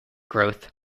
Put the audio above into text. growth